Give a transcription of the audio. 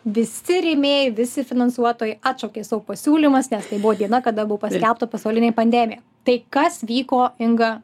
visi rėmėjai visi finansuotojai atšaukė savo pasiūlymus nes tai buvo diena kada buvo paskelbta pasaulinė pandemija tai kas vyko inga